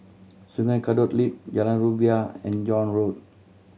Sungei Kadut Loop Jalan Rumbia and John Road